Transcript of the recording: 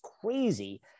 crazy